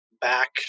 back